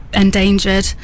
endangered